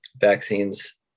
vaccines